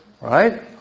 Right